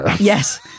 Yes